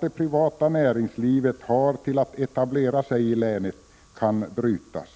det privata näringslivet har till att etablera sig i länet kan brytas.